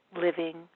living